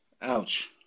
Ouch